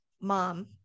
mom